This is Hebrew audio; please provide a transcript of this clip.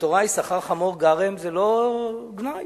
בתורה "יששכר חמור גרם", זה לא גנאי.